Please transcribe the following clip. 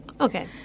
okay